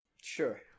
sure